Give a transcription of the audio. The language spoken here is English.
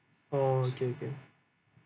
oh okay okay